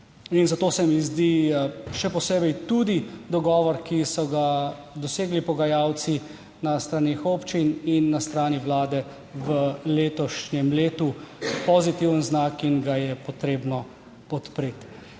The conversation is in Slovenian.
zato se mi zdi, še posebej tudi dogovor, ki so ga dosegli pogajalci na straneh občin in na strani Vlade v letošnjem letu pozitiven znak in ga je potrebno podpreti.